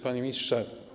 Panie Ministrze!